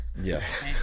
Yes